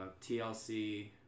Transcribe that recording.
TLC